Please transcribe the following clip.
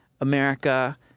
America